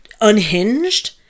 unhinged